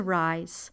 rise